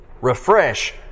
refresh